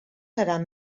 seran